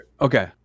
Okay